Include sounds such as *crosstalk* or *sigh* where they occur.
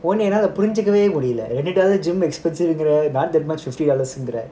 உன்ன என்னால புரிஞ்சிக்கவே முடில:unna ennala purinjikave mudila *laughs*